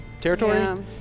territory